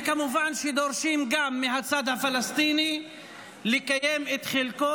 וכמובן דורשים גם מהצד הפלסטיני לקיים את חלקו,